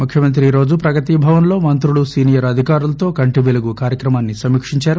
ముఖ్యమంత్రి ఈరోజు ప్రగతి భవన్లో మంత్రులు సీనియర్ అధికారులతో కంటిపెలుగు కార్యక్రమాన్ని సమీక్షించారు